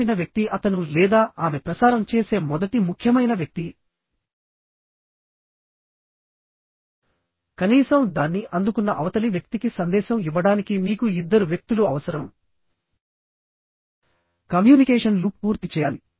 పంపిన వ్యక్తి అతను లేదా ఆమె ప్రసారం చేసే మొదటి ముఖ్యమైన వ్యక్తి కనీసం దాన్ని అందుకున్న అవతలి వ్యక్తికి సందేశం ఇవ్వడానికి మీకు ఇద్దరు వ్యక్తులు అవసరం కమ్యూనికేషన్ లూప్ పూర్తి చేయాలి